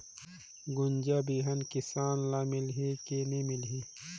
गुनजा बिजा किसान ल मिलही की नी मिलही?